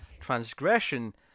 transgression